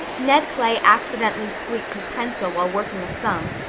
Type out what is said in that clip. ned clay accidentally squeaked his pencil while working a sum,